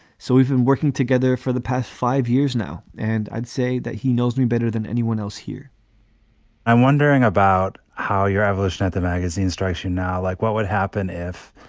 so we've been working together for the past five years now. and i'd say that he knows me better than anyone else here i'm wondering about how your evolution at the magazine strikes you now. like what would happen if,